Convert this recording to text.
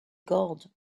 gold